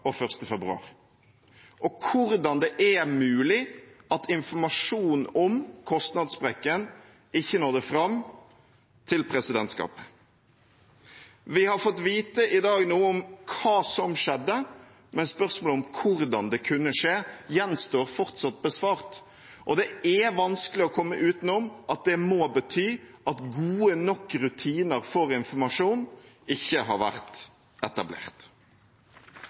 og 1. februar, og hvordan det er mulig at informasjon om kostnadssprekken ikke nådde fram til presidentskapet. Vi har i dag fått vite noe om hva som skjedde, men spørsmålet om hvordan det kunne skje, gjenstår fortsatt å besvare, og det er vanskelig å komme utenom at det må bety at gode nok rutiner for informasjon ikke har vært etablert.